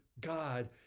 God